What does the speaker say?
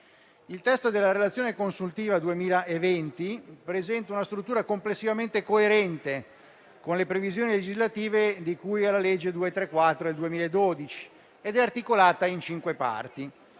Il testo della relazione consuntiva 2020 presenta una struttura complessivamente coerente con le previsioni legislative di cui alla legge n. 234 del 2012, ed è articolata in cinque parti.